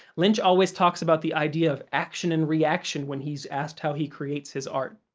lynch always talks about the idea of action and reaction when he's asked how he creates his art.